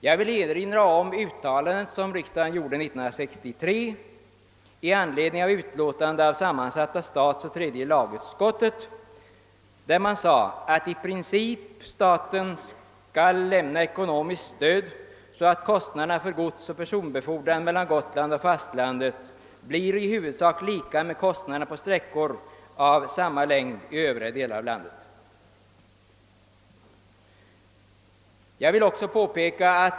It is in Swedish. Jag vill erinra om det uttalande som 1963 års riksdag gjorde i anledning av ett utlåtande av sammansatta statsoch tredje lagutskottet, vari anfördes att staten i princip skall lämna ekonomiskt stöd så att kostnaderna för godsoch personbefordran mellan Gotland och fastlandet blir i huvudsak lika med kostnaderna på sträckor av samma längd i övriga delar av landet.